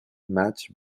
match